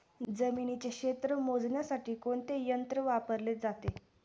जमिनीचे क्षेत्र मोजण्यासाठी कोणते यंत्र वापरले जाते?